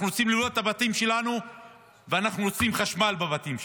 אנחנו רוצים לראות את הבתים שלנו ואנחנו רוצים חשמל בבתים שלנו.